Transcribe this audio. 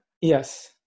Yes